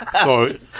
Sorry